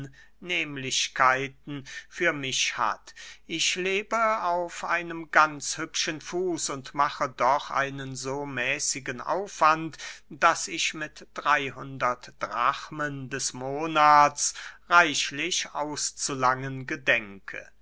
annehmlichkeiten für mich hat ich lebe auf einem ganz hübschen fuß und mache doch einen so mäßigen aufwand daß ich mit dreyhundert drachmen des monats reichlich auszulangen gedenke